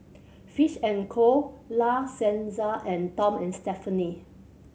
Fish and Co La Senza and Tom and Stephanie